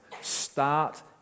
start